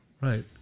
Right